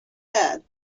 head